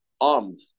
armed